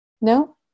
no